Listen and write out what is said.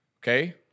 Okay